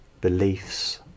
Beliefs